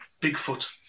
Bigfoot